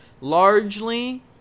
largely